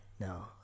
No